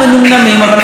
חברות וחברים,